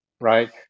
right